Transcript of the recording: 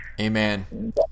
Amen